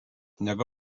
negu